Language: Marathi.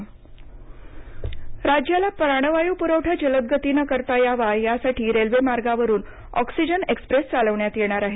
ऑक्सिजन एक्स्प्रेस राज्याला प्राणवायू पुरवठा जलद गतीने करता यावा यासाठी रेल्वे मार्गावरून ऑक्सिजन एक्स्प्रेस चालवण्यात येणार आहे